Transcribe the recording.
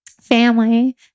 family